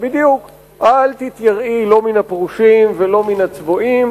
אל תתייראי לא מן הפרושים ולא מן הצדוקים,